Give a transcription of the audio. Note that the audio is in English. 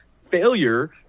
failure